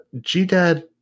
G-Dad